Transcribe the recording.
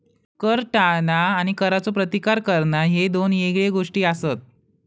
कर टाळणा आणि करचो प्रतिकार करणा ह्ये दोन येगळे गोष्टी आसत